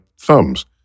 thumbs